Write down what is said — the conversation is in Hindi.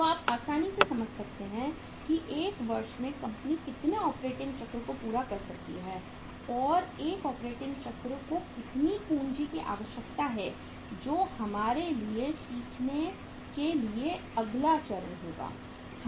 तो आप आसानी से समझ सकते हैं कि एक वर्ष में कंपनी कितने ऑपरेटिंग चक्र को पूरा कर सकती है और एक ऑपरेटिंग चक्र को कितनी पूंजी की आवश्यकता है जो हमारे लिए सीखने के लिए अगला चरण होगा